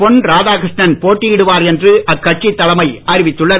பொன் ராதாகிருஷ்ணன் போட்டியிடுவார் என்று அக்கட்சித் தலைமை அறிவித்துள்ளது